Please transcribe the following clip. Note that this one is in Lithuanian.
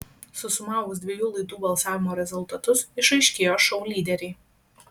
susumavus dviejų laidų balsavimo rezultatus išaiškėjo šou lyderiai